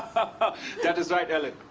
that is right, ellen.